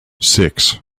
six